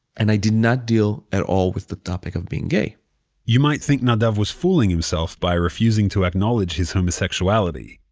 and i did not deal at all with the topic of being gay you might think nadav was fooling himself by refusing to acknowledge his homosexuality.